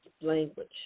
language